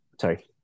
sorry